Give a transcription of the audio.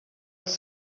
els